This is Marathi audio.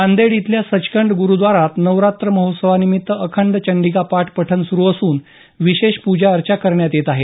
नांदेड इथल्या सचखंड गुरूव्दाऱ्यात नवरात्र महोत्सवा निमित्त अखंड चंडिका पाठ पठण सुरू असून विशेष पूजा अर्चा करण्यात येत आहे